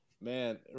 man